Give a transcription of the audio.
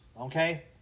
okay